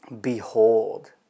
Behold